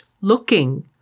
looking